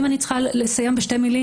אם אני צריכה לסיים בשתי מילים,